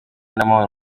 n’amahoro